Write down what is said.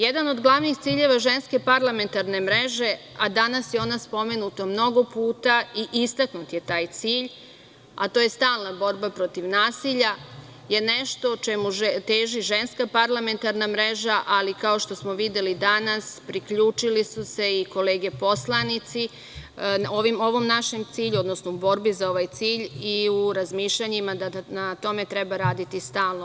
Jedan od glavnih ciljeva Ženske parlamentarne mreže, a danas je ona spomenuta mnogo puta i istaknut je taj cilj, a to je stalna borba protiv nasilja je nešto čemu teži Ženska parlamentarna mreža, ali kao što smo videli danas, priključili su se i kolege poslanici, borbi za ovaj cilj i u razmišljanjima da na tome treba raditi stalno.